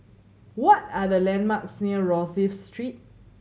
what are the landmarks near Rosyth Road